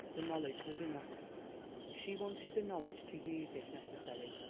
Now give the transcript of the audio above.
the knowledge was enough she wanted the knowledge to use if necessary.